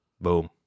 Boom